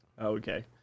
Okay